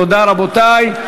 תודה, רבותי.